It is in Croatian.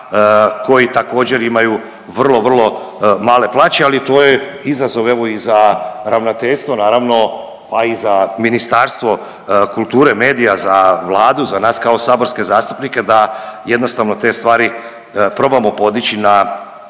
koji također imaju vrlo, vrlo male plaće, ali to je izazov evo i za ravnateljstvo naravno, pa i za Ministarstvo kulture i medija, za Vladu za nas kao saborske zastupnike da jednostavno te stvari probamo podići na,